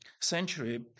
century